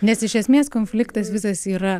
nes iš esmės konfliktas visas yra